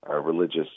religious